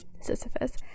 Sisyphus